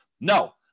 no